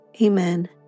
Amen